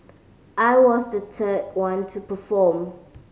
I was the third one to perform